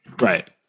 Right